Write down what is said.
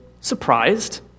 surprised